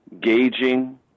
gauging